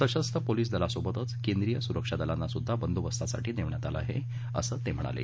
सशस्त्र पोलिस दलासोबतच केंद्रीय सुरक्षा दलांना सुद्धा बंदोबस्तासाठी नेमण्यात आलं आहे असं त्यांनी सांगितलं